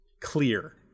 clear